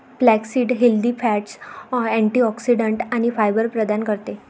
flaxseed healthy fats, antioxidants आणि fibre प्रदान करते